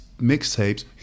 mixtapes